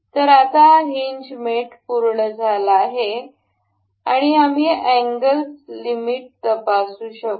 तर आता हा हिनज मेट पूर्ण झाला आहे आणि आम्ही अँगल्स लिमिट तपासू शकतो